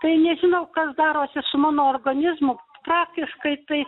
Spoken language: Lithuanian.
tai nežinau kas darosi su mano organizmu praktiškai tai